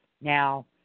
now